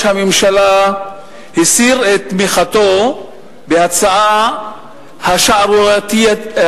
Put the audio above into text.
הממשלה הסיר את תמיכתו בהצעה השערורייתית,